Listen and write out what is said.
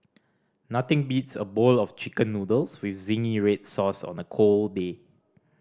nothing beats a bowl of Chicken Noodles with zingy red sauce on a cold day